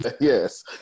Yes